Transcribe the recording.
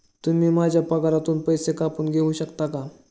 तुम्ही माझ्या पगारातून पैसे कापून घेऊ शकता का?